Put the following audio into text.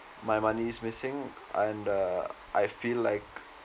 my money is missing and uh I feel like